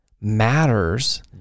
matters